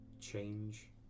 change